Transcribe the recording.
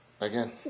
Again